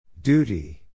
Duty